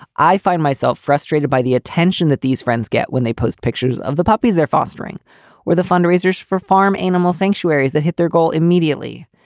i find myself frustrated by the attention that these friends get when they post pictures of the puppies they're fostering or the fundraisers for farm animal sanctuaries that hit their goal immediately.